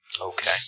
Okay